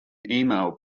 email